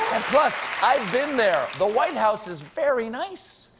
plus, i've been there. the white house is very nice.